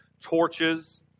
torches